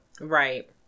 Right